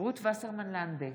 רות וסרמן לנדה,